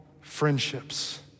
friendships